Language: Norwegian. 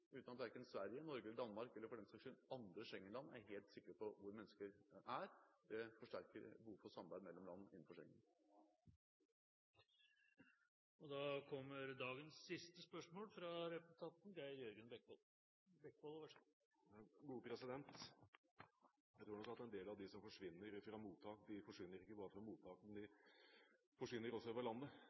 uten at verken Sverige, Norge eller Danmark – eller for den saks skyld andre Schengen-land – er helt sikre på hvor mennesker er. Det forsterker behovet for samarbeid mellom land innenfor Schengen. Geir Jørgen Bekkevold – til dagens siste oppfølgingsspørsmål. Jeg tror nok at en del av dem som forsvinner fra mottak, ikke bare forsvinner fra mottakene, men også fra landet. En del av dem reiser også